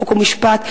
חוק ומשפט,